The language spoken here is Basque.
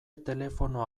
telefono